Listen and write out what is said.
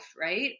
Right